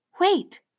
wait